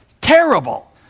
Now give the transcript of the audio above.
terrible